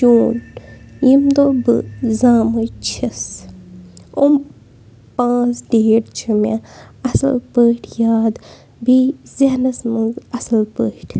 جوٗن ییٚمہِ دۄہ بہٕ زامٕژ چھٮ۪س اوٚم پانٛژھ ڈیٹ چھِ مےٚ اَصٕل پٲٹھۍ یاد بیٚیہِ ذہنَس منٛز اَصٕل پٲٹھۍ